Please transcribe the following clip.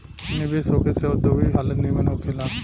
निवेश होखे से औद्योगिक हालत निमन होखे ला